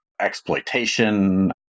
exploitation